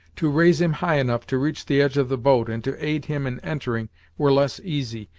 to raise him high enough to reach the edge of the boat and to aid him in entering were less easy,